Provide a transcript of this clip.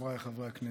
חבריי חברי הכנסת,